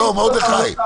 מרדכי,